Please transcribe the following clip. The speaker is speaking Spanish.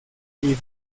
herido